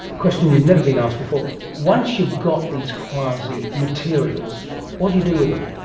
ah question you've never been asked before once you've got these quasi-materials, what do you do with them?